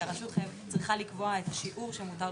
כי הרשות צריכה לקבוע את השיעור שמותר.